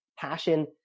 passion